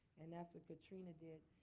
and that's what katrina did.